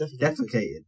Defecated